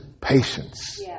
patience